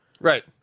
Right